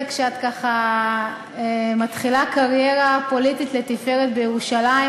כשאת ככה מתחילה קריירה פוליטית לתפארת בירושלים,